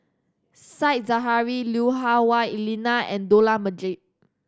Said Zahari Lui Hah Wah Elena and Dollah Majid